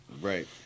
Right